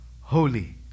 holy